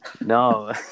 No